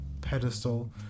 pedestal